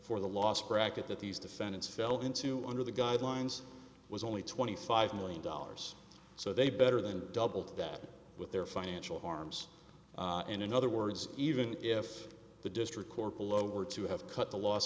for the last bracket that these defendants fell into under the guidelines was only twenty five million dollars so they better than double that with their financial harms and in other words even if the district court below or to have cut the loss